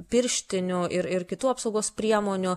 pirštinių ir ir kitų apsaugos priemonių